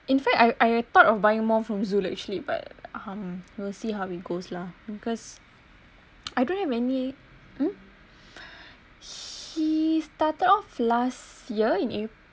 in fact I I thought of buying more from zul actually but um we'll see how it goes lah because I don't have any mm he started off last year in